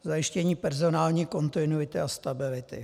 Zajištění personální kontinuity a stability.